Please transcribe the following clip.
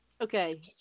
Okay